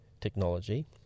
technology